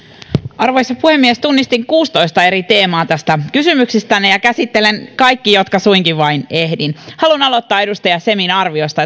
arvoisa puhemies tunnistin kuusitoista eri teemaa kysymyksistänne ja käsittelen kaikki jotka suinkin vain ehdin haluan aloittaa edustaja semin arviosta